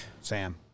Sam